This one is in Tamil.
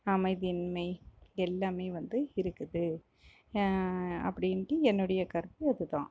அமைதியின்மை எல்லாமே வந்து இருக்குது அப்படின்ட்டு என்னுடைய கருத்து அது தான்